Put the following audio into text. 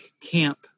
camp